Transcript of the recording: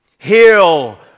Heal